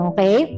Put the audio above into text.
Okay